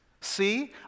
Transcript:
See